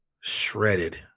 shredded